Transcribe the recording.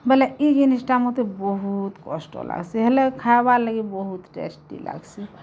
ବୋଲେ ଇ ଜିନିଷ୍ଟା ମୋତେ ବହୁତ୍ କଷ୍ଟ ଲାଗ୍ସି ହେଲେ ଖାଏବା ଲାଗି ବହୁତ୍ ଟେଷ୍ଟି ଲାଗ୍ସି